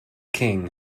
king